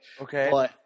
Okay